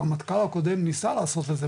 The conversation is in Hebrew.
הרמטכ"ל הקודם ניסה לעשות את זה,